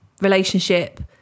relationship